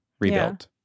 rebuilt